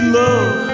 love